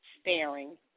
Staring